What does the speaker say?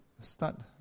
start